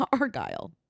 Argyle